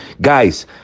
Guys